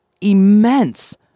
immense